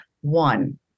One